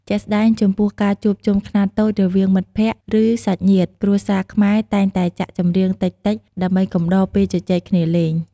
ជាក់ស្ដែង ចំពោះការជួបជុំខ្នាតតូចរវាងមិត្តភក្តិ ឬ សាច់ញាតិ គ្រួសារខ្មែរតែងតែចាក់ចម្រៀងតិចៗ ដើម្បីកំដរពេលជជែកគ្នាលេង។